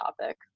topic